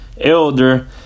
Elder